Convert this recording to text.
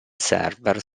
server